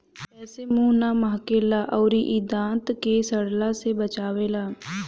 एसे मुंह ना महके ला अउरी इ दांत के सड़ला से बचावेला